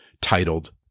titled